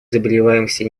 заболеваемости